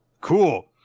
Cool